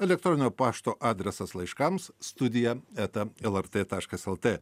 elektroninio pašto adresas laiškams studija eta lrt taškas lt